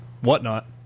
whatnot